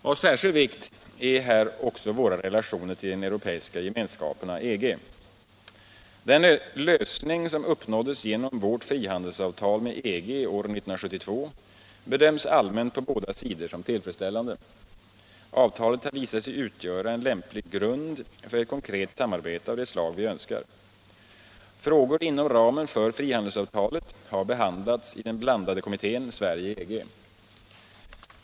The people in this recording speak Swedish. Av särskild vikt är här också våra relationer till de Europeiska gemenskaperna, EG. Den lösning som uppnåddes genom vårt frihandelsavtal med EG år 1972 bedöms allmänt på båda sidor som tillfredsställande. Avtalet har visat sig utgöra en lämplig grund för ett konkret samarbete av det slag vi önskar. Frågor inom ramen för frihandelsavtalet har behandlats i den blandade kommittén Sverige-EG.